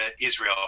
israel